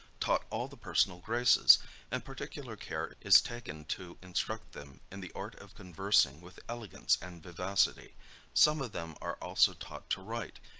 taught all the personal graces and particular care is taken to instruct them in the art of conversing with elegance and vivacity some of them are also taught to write,